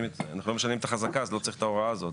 אנחנו לא משנים את החזקה אז לא צריך את ההוראה הזאת,